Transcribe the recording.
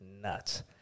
nuts